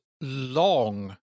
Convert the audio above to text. long